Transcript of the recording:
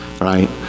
right